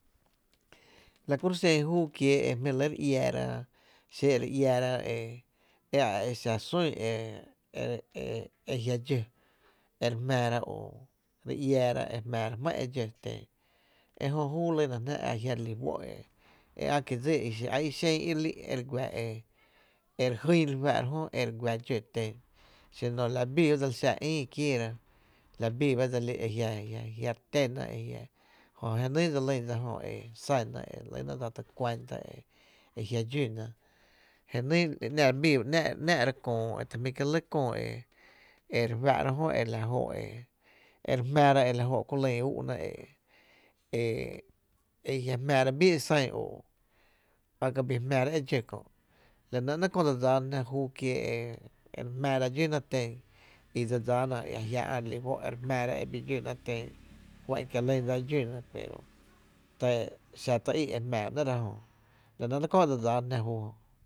La kuro’ xen júú kiéé’ e jmí’ re iⱥⱥra, xí e re iⱥⱥra e e e a exa sún e jia’ dxó e re jmⱥⱥra o re iⱥⱥra e jmⱥⱥra jmá’ e dxó e jö júú e lyna jná e ä’ kie’ dsi a i xen i re lý’ e re guⱥ e re jýn re fá’ra jö e re guⱥ dxó ten xino la bii ba dseli xa ïï kiéera, la bii ba e jiá’ re téna e jiⱥ’, jö nýý dse lýn dsa jö e sá na e re lýna dsa ta kuanta e jia’ dxúna je nyy e bii re ‘nⱥ’ra köö e ta jmí’ kié’ lɇ köö e e re fá’ra jö e jó’ e re jmⱥⱥra e la jóó’ ku lýn úúna e jiⱥ’ jmⱥⱥra bíí e san o e a ka’ bii jmⱥⱥra e dxó kö, la nɇ ‘nɇɇ’ köö e lyna jná júú kiee’ e re jmⱥⱥra dxúna ten y dse dsáána e jia’ re li juó’ e re jmⱥⱥra e dxúna ten ju’an kie’ lyna dxúna pero xa tý í’ e jmⱥⱥra ba nɇ’ jö la nɇ ‘nɇɇ’ köö e dse dsáán jná júú jö.